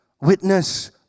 witness